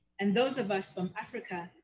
and those of us from africa,